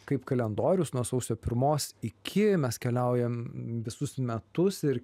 kaip kalendorius nuo sausio pirmos iki mes keliaujam visus metus ir